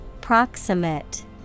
proximate